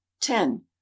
ten